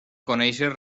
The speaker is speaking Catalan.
conèixer